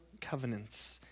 covenants